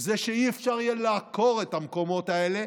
היא שאי-אפשר יהיה לעקור את המקומות האלה,